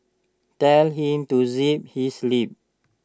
tell him to zip his lip